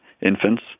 infants